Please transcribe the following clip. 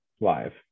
live